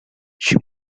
she